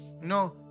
No